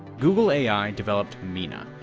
google ai developed meena,